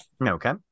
Okay